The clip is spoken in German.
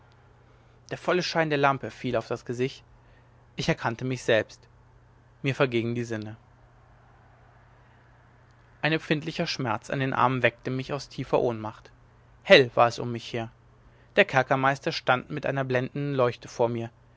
der volle schein der lampe fiel auf das gesicht ich erkannte mich selbst mir vergingen die sinne ein empfindlicher schmerz an den armen weckte mich aus tiefer ohnmacht hell war es um mich her der kerkermeister stand mit einer blendenden leuchte vor mir